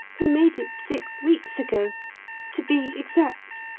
he made it six weeks ago to be exact,